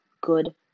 good